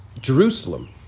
Jerusalem